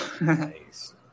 nice